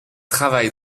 travaille